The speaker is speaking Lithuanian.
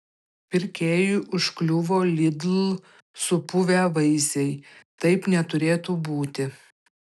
pirkėjui užkliuvo lidl supuvę vaisiai taip neturėtų būti